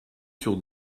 sur